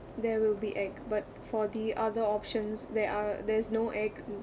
there will be egg but for the other options there are there's no egg mm